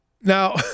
Now